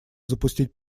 запустить